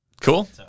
Cool